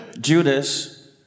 Judas